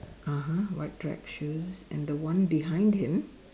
(uh huh) white track shoes and the one behind him